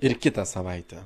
ir kitą savaitę